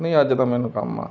ਨਹੀਂ ਅੱਜ ਤਾਂ ਮੈਨੂੰ ਕੰਮ ਆ